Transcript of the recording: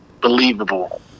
believable